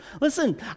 Listen